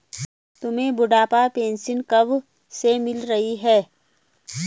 तुम्हें बुढ़ापा पेंशन कब से मिल रही है?